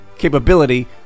capability